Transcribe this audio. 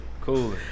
Cool